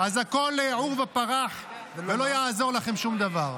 אז הכל עורבא פרח, ולא יעזור לכם שום דבר.